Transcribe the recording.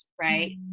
right